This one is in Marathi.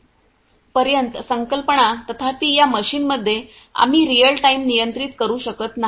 आम्ही पर्यंत संकल्पना तथापि या मशीनमध्ये आम्ही रिअल टाइम नियंत्रित करू शकत नाही